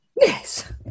Yes